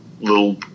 little